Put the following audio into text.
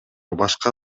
башка